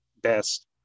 best